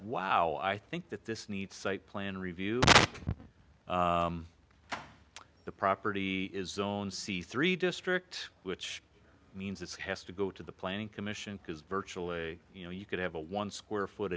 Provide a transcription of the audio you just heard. wow i think that this needs site plan review the property is own c three district which means it has to go to the planning commission because virtual a you know you could have a one square foot